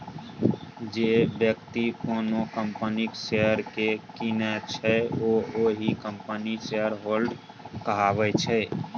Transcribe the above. जे बेकती कोनो कंपनीक शेयर केँ कीनय छै ओ ओहि कंपनीक शेयरहोल्डर कहाबै छै